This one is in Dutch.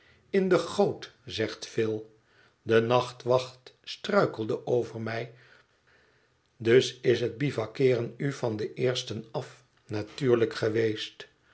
nietwaar inde goot zegt phil de nachtwacht struikelde over mij dus is het bivakkeeren u van den eersten af natuurlijk geweest